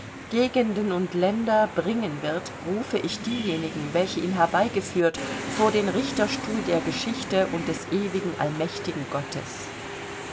gegenden und länder bringen wird rufe ich diejenigen welche ihn herbeigeführt vor den richterstuhl der geschichte und des ewigen allmächtigen gottes